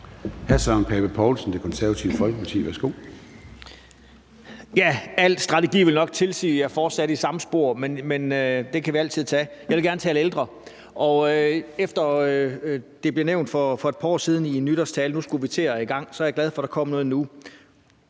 Pape Poulsen, Det Konservative Folkeparti. Værsgo. Kl. 13:11 Søren Pape Poulsen (KF): Al strategi ville nok tilsige, at jeg fortsatte i samme spor, men det kan vi altid tage. Jeg vil gerne tale om ældre, og efter at det blev nævnt for et par år siden i en nytårstale, at nu skulle vi til at komme i gang, så er jeg glad for, at der kommer noget nu.